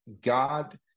God